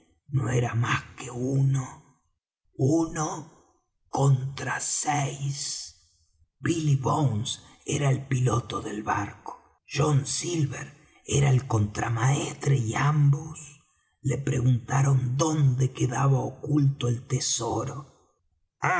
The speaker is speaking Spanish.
no era más que uno uno contra seis billy bones era el piloto del barco john silver era el contramaestre y ambos le preguntaron dónde quedaba oculto el tesoro